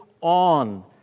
on